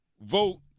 vote